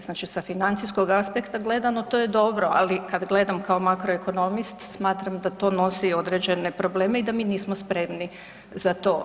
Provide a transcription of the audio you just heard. Znači, sa financijskog aspekta gledano to je dobro, ali kad gledam kao makroekonomist smatram da to nosi određene probleme i da mi nismo spremni za to.